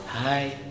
Hi